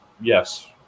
yes